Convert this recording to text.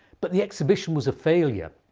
but the exhibition was a failure,